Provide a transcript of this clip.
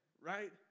right